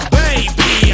baby